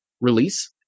release